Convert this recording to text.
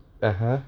(uh huh)